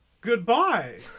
goodbye